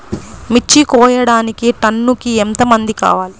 మిర్చి కోయడానికి టన్నుకి ఎంత మంది కావాలి?